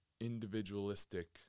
individualistic